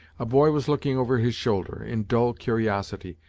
a boy was looking over his shoulder, in dull curiosity,